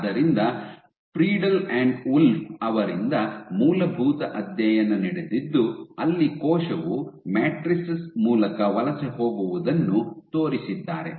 ಆದ್ದರಿಂದ ಫ್ರೀಡ್ಲ್ ಮತ್ತು ವುಲ್ಫ್ ಅವರಿಂದ ಮೂಲಭೂತ ಅಧ್ಯಯನ ನಡೆದಿದ್ದು ಅಲ್ಲಿ ಕೋಶವು ಮ್ಯಾಟ್ರಿಕ್ಸ್ ಮೂಲಕ ವಲಸೆ ಹೋಗುವುದನ್ನು ತೋರಿಸಿದ್ದಾರೆ